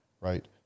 right